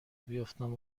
بیفتم